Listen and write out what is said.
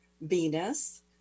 Venus